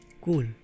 Cool